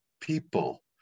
people